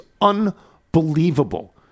unbelievable